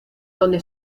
donde